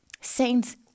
Saints